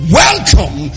welcome